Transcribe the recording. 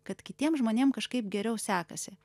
kad kitiem žmonėm kažkaip geriau sekasi